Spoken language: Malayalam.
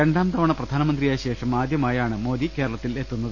രണ്ടാംതവണ പ്രധാനമന്ത്രിയായ ശേഷം ആദ്യമായാണ് മോദി കേരളത്തിലെത്തുന്നത്